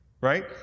right